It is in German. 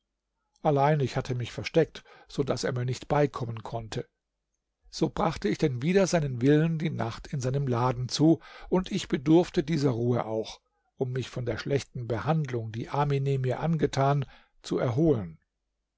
allein ich hatte mich versteckt so daß er mir nicht beikommen konnte so brachte ich denn wider seinen willen die nacht in seinem laden zu und ich bedurfte dieser ruhe auch um mich von der schlechten behandlung die amine mir angetan zu erholen